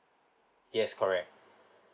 yes correct